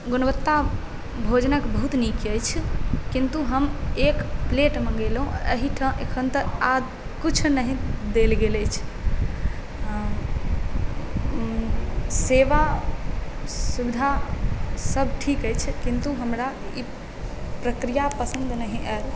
गुणवत्ता भोजनक बहुत नीक अछि किन्तु हम एक प्लेट मंगेलहुॅं एहिठाम एखन तक किछु नहि देल गेल अछि सेवा सुविधा सब ठीक अछि किन्तु हमरा ई प्रक्रिया पसन्द नहि आयल